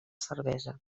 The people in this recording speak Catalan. cervesa